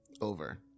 over